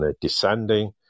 descending